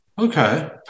Okay